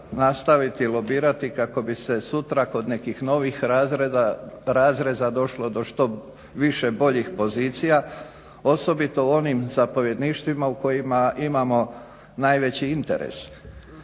nastaviti lobirati kako bi se sutra kod nekih novih razreza došlo do što više boljih pozicija osobito u onim zapovjedništvima u kojima imamo najveći interes.